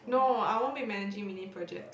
no I won't be managing mini projects